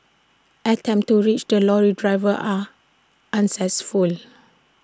attempts to reach the lorry driver are